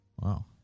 Wow